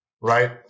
right